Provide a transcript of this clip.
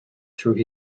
through